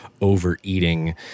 overeating